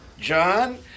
John